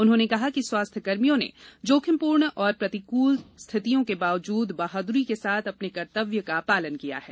उन्होंने कहा कि स्वास्थ्यकर्मियों ने जोखिमपूर्ण और प्रतिकृल स्थितियों के बावजूद बहादुरी के साथ अपने कर्तव्य का पालन किया है